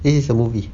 it is a movie